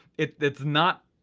it's not,